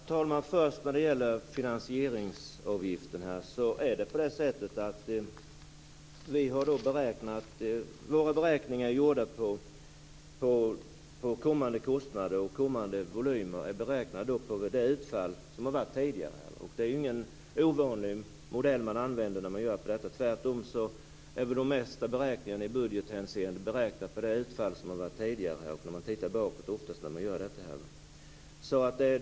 Herr talman! När det först gäller finansieringsavgiften är våra beräkningar av kostnader och volymer gjorda på tidigare utfall. Det är ingen ovanlig modell att använda sig av. Tvärtom är de flesta beräkningar i budgethänseende gjorda på tidigare utfall. Man tittar oftast bakåt när man gör beräkningar.